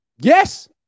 Yes